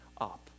up